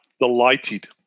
delighted